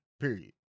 period